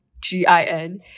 g-i-n